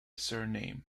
surname